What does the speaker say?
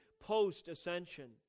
post-ascension